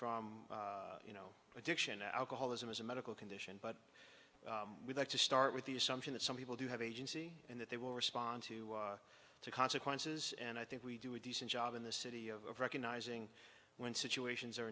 from you know addiction alcoholism is a medical condition but we like to start with the assumption that some people do have agency and that they will respond to the consequences and i think we do a decent job in the city of recognizing when situations are